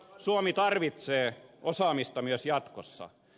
suomi tarvitsee osaamista myös jatkossa